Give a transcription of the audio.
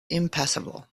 impassable